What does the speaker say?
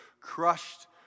crushed